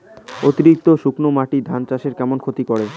অতিরিক্ত শুকনা মাটি ধান চাষের কেমন ক্ষতি করে?